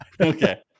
Okay